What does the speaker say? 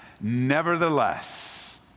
Nevertheless